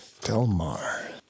delmar